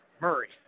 Murray